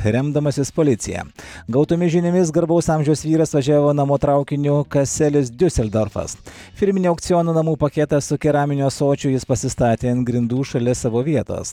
remdamasis policija gautomis žiniomis garbaus amžiaus vyras važiavo namo traukinio kaselis diuseldorfas firminio aukciono namų paketas su keraminiu ąsočiu jis pasistatė ant grindų šalia savo vietos